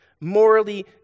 morally